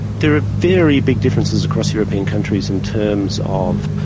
there are very big differences across european countries in terms of,